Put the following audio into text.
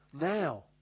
now